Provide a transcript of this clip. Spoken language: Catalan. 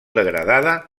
degradada